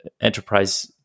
enterprise